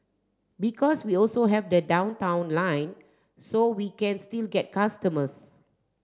because we also have the Downtown Line so we can still get customers